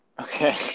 Okay